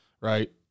right